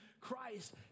Christ